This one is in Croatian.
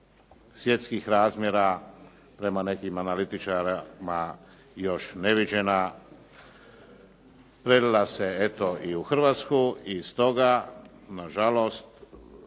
svjetskih razmjera, prema nekim analitičarima još neviđena. Prelila se eto i u Hrvatsku i stoga nažalost